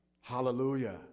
Hallelujah